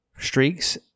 Streaks